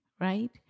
right